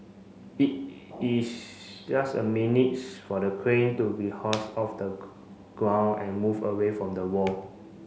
it is just a minutes for the crane to be off the ground and moved away from the wall